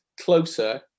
closer